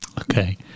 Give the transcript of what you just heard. Okay